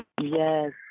Yes